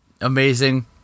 amazing